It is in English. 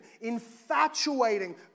infatuating